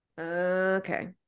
Okay